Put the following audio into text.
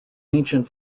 ancient